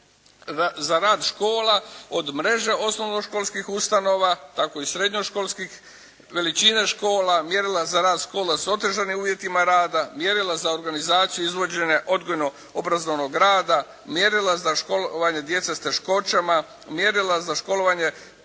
za rad škola od mreže osnovnoškolskih ustanova tako i srednjoškolskih, veličine škola, mjerila za rad škola s otežanim uvjetima rada, mjerila za organizaciju i izvođenje odgojno obrazovnog rada, mjerila za školovanje djece s teškoćama, mjerila za školovanje